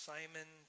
Simon